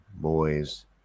boys